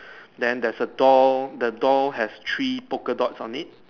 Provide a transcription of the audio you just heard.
then there is a doll the doll has three poker dots on it